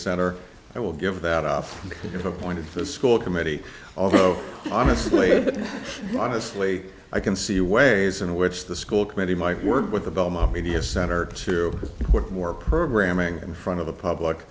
center i will give that off to the point of the school committee although honestly but honestly i can see ways in which the school committee might work with the belmont media center to put more programming in front of the public